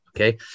Okay